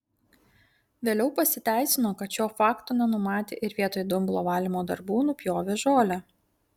vėliau pasiteisino kad šio fakto nenumatė ir vietoj dumblo valymo darbų nupjovė žolę